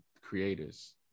creators